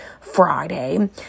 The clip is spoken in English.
Friday